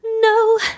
no